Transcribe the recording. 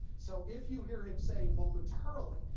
so if you hear him saying momentarily,